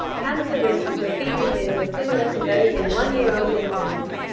cancer risks for fetuses were similar to those in one year old infants.